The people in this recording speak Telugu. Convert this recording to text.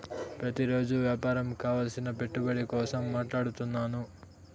ప్రతిరోజు వ్యాపారం కావలసిన పెట్టుబడి కోసం మాట్లాడుతున్నాను